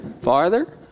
Farther